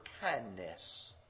kindness